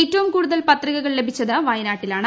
ഏറ്റവും കൂടുതൽ പത്രികകൾ ലഭിച്ചത് വയനാട്ടിലാണ്